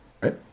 right